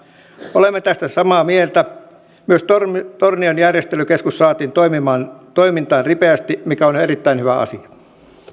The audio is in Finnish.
olemme tästä samaa mieltä myös tornion tornion järjestelykeskus saatiin toimintaan ripeästi mikä on on erittäin hyvä asia